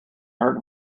hurt